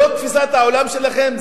זאת תפיסת העולם שלכם?